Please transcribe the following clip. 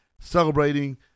celebrating